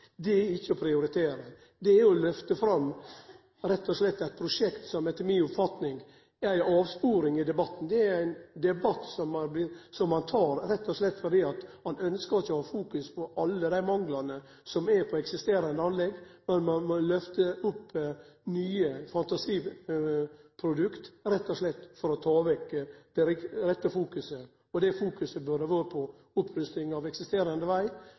er ikkje det å prioritere. Det er rett og slett å lyfte fram eit prosjekt som etter mi oppfatning er ei avsporing i debatten. Det er ein debatt som ein tek rett og slett fordi ein ikkje ønskjer å ha fokus på alle dei manglane som er på eksisterande anlegg – ein lyfter opp nye fantasiprodukt rett og slett for å ta vekk det rette fokuset. Det fokuset burde vere på opprusting av eksisterande veg,